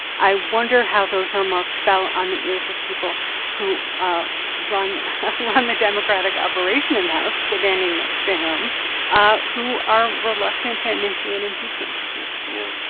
i wonder how those remarks fell on the ears of people who run who run the democratic operation in the house standing next to him ah who are reluctant to initiate impeachment proceedings yeah.